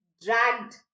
dragged